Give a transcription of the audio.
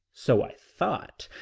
so i thought.